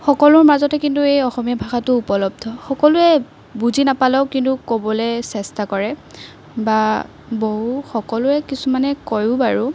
সকলোৰ মাজতে কিন্তু এই অসমীয়া ভাষাটো উপলব্ধ সকলোৱে বুজি নাপালেও কিন্তু ক'বলৈ চেষ্টা কৰে বা বহু সকলোৱে কিছুমানে কয়ো বাৰু